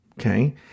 Okay